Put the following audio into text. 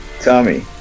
Tommy